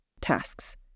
tasks